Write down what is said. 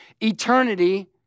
eternity